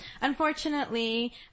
unfortunately